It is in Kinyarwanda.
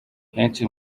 henshi